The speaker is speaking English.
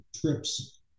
trips